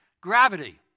gravity